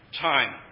time